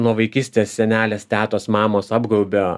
nuo vaikystės senelės tetos mamos apgaubia